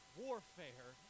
warfare